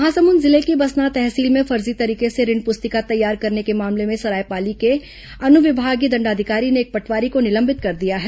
महासमुंद जिले के बसना तहसील में फर्जी तरीके से ऋण पुरितका तैयार करने के मामले में सरायपाली के अनुविभागीय दंडाधिकारी ने एक पटवारी को निलंबित कर दिया है